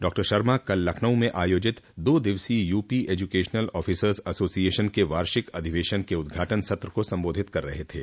doctor Sharma कल लखनऊ में आयोजित दो दिवसीय यूपी एजुकेशनल ऑफिसर्स एसोसिएशन के वार्षिक अधिवेशन के उद्घाटन सत्र को संबोधित कर रहे थे